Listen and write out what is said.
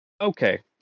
Okay